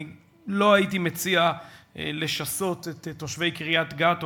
אני לא הייתי מציע לשסות את תושבי קריית-גת או